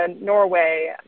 Norway